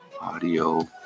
Audio